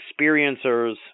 experiencers